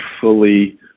fully